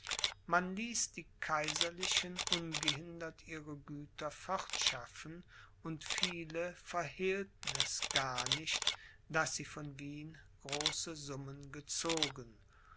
man ließ die kaiserlichen ungehindert ihre güter fortschaffen und viele verhehlten es gar nicht daß sie von wien große summen gezogen